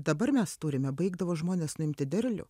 dabar mes turime baigdavo žmones nuimti derlių